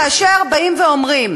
כאשר באים ואומרים